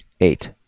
eight